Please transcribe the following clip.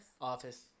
Office